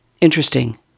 interesting